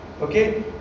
Okay